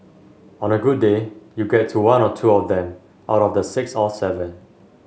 on a good day you get to one or two of them out of the six or seven